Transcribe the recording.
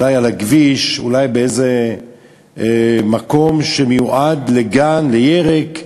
אולי על הכביש, אולי באיזה מקום שמיועד לגן, לירק,